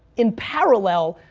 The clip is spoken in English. in parallel,